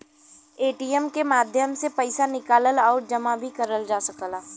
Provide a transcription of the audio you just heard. ATM के माध्यम से पइसा निकाल आउर जमा भी करल जा सकला